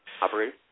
Operator